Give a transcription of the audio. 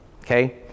Okay